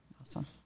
Awesome